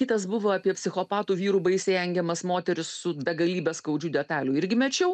kitas buvo apie psichopatų vyrų baisiai engiamas moteris su begalybe skaudžių detalių irgi mečiau